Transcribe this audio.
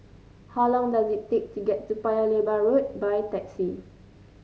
how long does it take to get to Paya Lebar Road by taxi